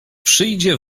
przyjdzie